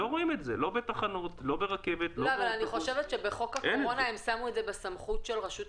המפעיל הראשון הם מפעילים של אוטובוסים